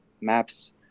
Maps